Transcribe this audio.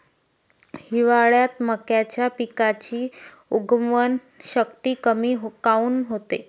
हिवाळ्यात मक्याच्या पिकाची उगवन शक्ती कमी काऊन होते?